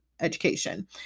education